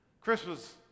Christmas